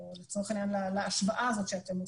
או לצורך העניין להשוואה הזאת שאתם עושים.